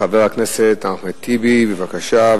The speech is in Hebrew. חבר הכנסת אחמד טיבי, בבקשה.